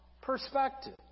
perspective